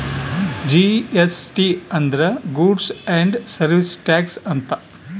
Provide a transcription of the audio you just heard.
GST ಅಂದ್ರ goods and service tax ಅಂತ